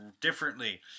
differently